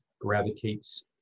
gravitates